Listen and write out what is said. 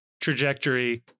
trajectory